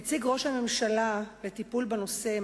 נציג ראש הממשלה לטיפול בנושא,